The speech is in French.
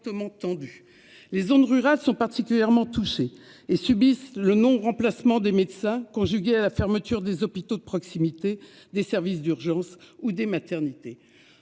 Les zones rurales sont particulièrement touchés et subissent le non remplacement des médecins conjuguée à la fermeture des hôpitaux de proximité, des services d'urgence. Ou des maternités.